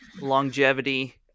longevity